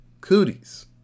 Cooties